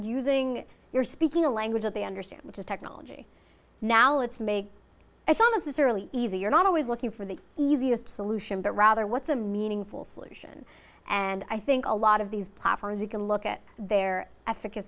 using you're speaking a language that they understand which is technology now let's make a song of this early easier not always looking for the easiest solution but rather what's a meaningful solution and i think a lot of these paparazzi can look at their effica